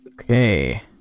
okay